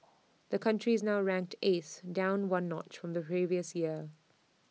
the country is now ranked eighth down one notch from the previous year